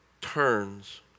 turns